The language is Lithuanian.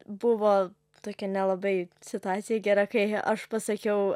buvo tokia nelabai situacija gera kai aš pasakiau